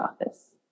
office